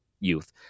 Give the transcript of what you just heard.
youth